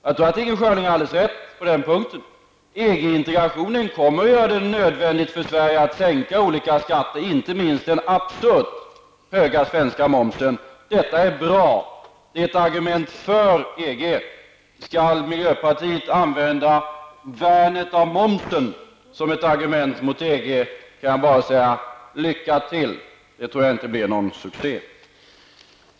Jag tror Inger Schörling har alldeles rätt: EG integrationen kommer att göra det nödvändigt för Sverige att sänka olika skatter, inte minst den absurt höga svenska momsen. Men detta är bra, det är ett argument för att vi skall gå med i EG. Skall miljöpartiet använda värnet av momsen som ett argument mot EG kan jag bara säga: Lycka till! Jag tror inte det blir någon succé.